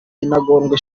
intagondwa